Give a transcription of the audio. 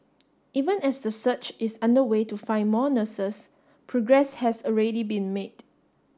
even as the search is underway to find more nurses progress has already been made